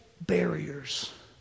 barriers